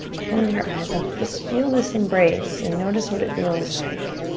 close your eyes and just feel this embrace and notice what it feels like.